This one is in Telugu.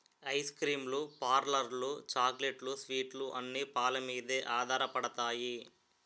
ఐస్ క్రీమ్ లు పార్లర్లు చాక్లెట్లు స్వీట్లు అన్ని పాలమీదే ఆధారపడతాయి